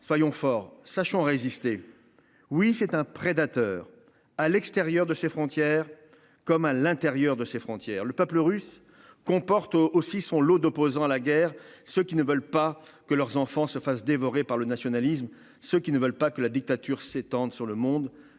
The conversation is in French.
soyons forts sachant résister. Oui c'est un prédateur. À l'extérieur de ses frontières. Comme à l'intérieur de ses frontières. Le peuple russe comporte aussi son lot d'opposants à la guerre, ceux qui ne veulent pas que leurs enfants se fasse dévorer par le nationalisme. Ceux qui ne veulent pas que la dictature s'étendent sur le monde